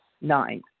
Nine